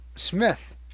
Smith